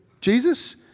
Jesus